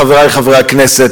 חברי חברי הכנסת,